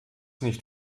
nicht